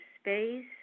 space